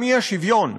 עם האי-שוויון.